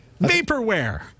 Vaporware